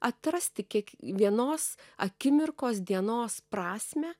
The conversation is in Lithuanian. atrasti kiekvienos akimirkos dienos prasmę